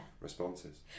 responses